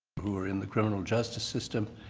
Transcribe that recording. who are in the criminal justice system